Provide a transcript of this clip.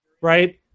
right